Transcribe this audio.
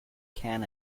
can